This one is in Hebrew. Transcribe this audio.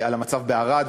על המצב בערד,